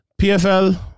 PFL